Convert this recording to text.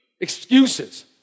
Excuses